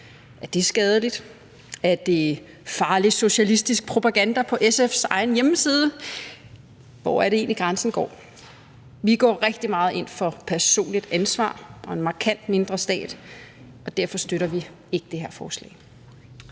Er det skadeligt? Er det farlig socialistisk propaganda på SF's egen hjemmeside? Hvor er det egentlig, grænsen går? Vi går rigtig meget ind for personligt ansvar og en markant mindre stat, og derfor støtter vi ikke det her forslag.